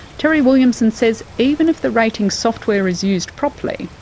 terry williamson says even if the rating software is used properly,